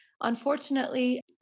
unfortunately